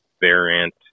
variant